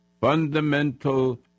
fundamental